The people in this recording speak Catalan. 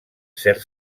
cert